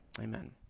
Amen